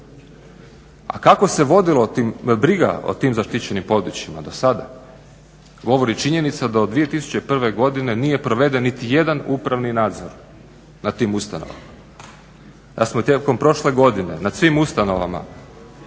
A kako se vodila briga o tim zaštićenim područjima dosada govori činjenica da od 2001. godine nije proveden niti jedan upravni nadzor nad tim ustanovama. Kad smo tijekom prošle godine nad svim ustanovama